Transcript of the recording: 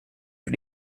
für